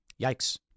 Yikes